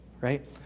right